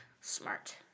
Smart